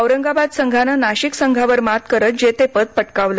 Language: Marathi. औरंगाबाद संघानं नाशिक संघावर मात करत जेतेपद पटकावलं